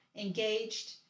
engaged